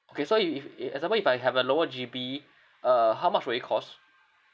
okay so if if i~ example if I have a lower G_B uh how much will it cost